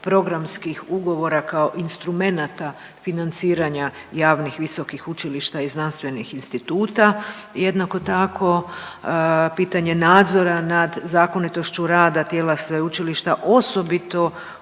programskih ugovora kao instrumenata financiranja javnih visokih učilišta i znanstvenih instituta. Jednako tako pitanje nadzora nad zakonitošću rada tijela sveučilišta osobito